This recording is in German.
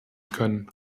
können